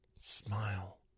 smile